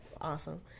Awesome